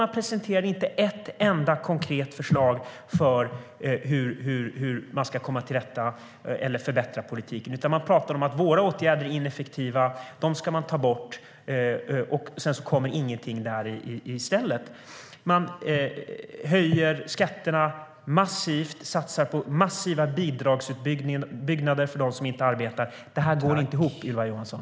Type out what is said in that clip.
Man presenterar inte ett enda konkret förslag för hur man ska förbättra politiken. Man pratar om att våra åtgärder är ineffektiva och att man ska ta bort dem, och sedan kommer ingenting i stället. Man höjer skatterna och satsar på massiva bidragsutbyggnader för dem som inte arbetar. Det här går inte ihop, Ylva Johansson.